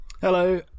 Hello